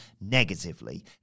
negatively